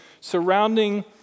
surrounding